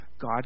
God